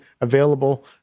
available